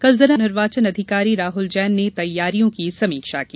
कल जिला निर्वाचन अधिकारी राहुल जैन ने तैयारियों की समीक्षा की